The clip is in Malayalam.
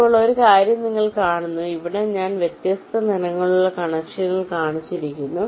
ഇപ്പോൾ ഒരു കാര്യം നിങ്ങൾ കാണുന്നു ഇവിടെ ഞാൻ വ്യത്യസ്ത നിറങ്ങളിലുള്ള കണക്ഷനുകൾ കാണിച്ചിരിക്കുന്നു